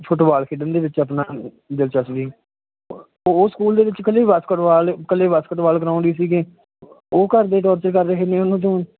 football ਖੇਡਣ ਦੇ ਵਿੱਚ ਆਪਣਾ ਦਿਲਚਸਪੀ ਉਹ ਸਕੂਲ ਦੇ ਵਿੱਚ ਇਕੱਲੇ ਬਾਸਕਿਟਬਾਲ ਇਕੱਲੇ ਬਾਸਕਿਟਬਾਲ ਕਰਾਉਂਦੇ ਸੀਗੇ ਉਹ ਘਰ ਦੇ ਤੌਰ 'ਤੇ ਕਰ ਰਹੇ ਨੇ ਉਹਨਾਂ ਤੋਂ